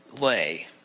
lay